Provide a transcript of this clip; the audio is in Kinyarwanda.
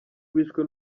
wishwe